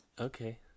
Okay